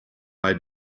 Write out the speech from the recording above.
bei